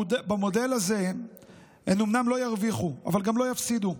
במודל הזה הן אומנם לא ירוויחו אבל גם לא יפסידו.